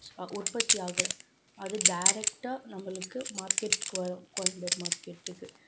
சா உற்பத்தியாகிற அது டேரெக்டாக நம்மளுக்கு மார்க்கெட்டுக்கு வரும் கோயம்பேடு மார்க்கெட்டுக்கு